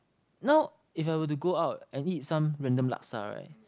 now if I were to go out I eat some random laksa right